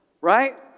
Right